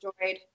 enjoyed